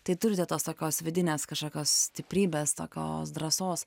tai turite tos tokios vidinės kažkokios stiprybės tokios drąsos